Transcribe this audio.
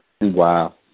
Wow